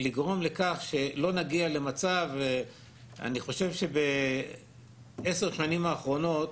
אני חושב שב-10 השנים האחרונות